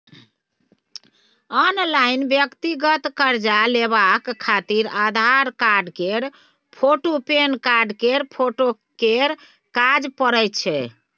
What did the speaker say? online व्यक्तिगत कर्जा लेबाक खातिर आधार कार्ड केर फोटु, पेनकार्ड केर फोटो केर काज परैत छै